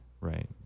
right